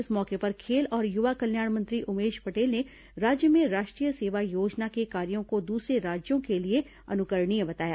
इस मौके पर खेल और युवा कल्याण मंत्री उमेश पटेल ने राज्य में राष्ट्रीय सेवा योजना के कार्यों को दूसरे राज्यों के लिए अनुकरणीय बताया